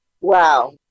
Wow